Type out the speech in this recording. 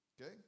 okay